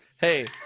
Hey